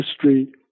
history